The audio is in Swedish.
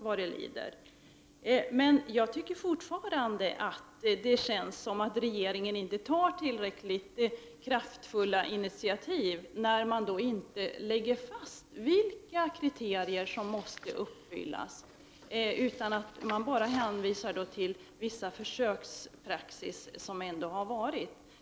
Men jag vidhåller att det känns som om regeringen inte tog tillräckligt kraftfulla initiativ när man inte lägger fast vilka kriterier som måste vara uppfyllda utan bara hänvisar till praxis från vissa försök som företagits.